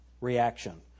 reaction